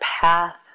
path